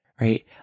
right